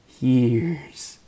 years